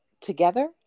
together